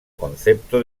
concepto